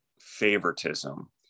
favoritism